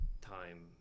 time